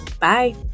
bye